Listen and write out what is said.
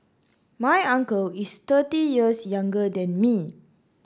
my uncle is thirty years younger than me